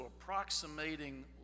approximating